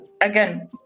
again